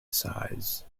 size